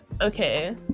Okay